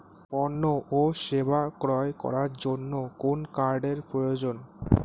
পণ্য ও সেবা ক্রয় করার জন্য কোন কার্ডের প্রয়োজন?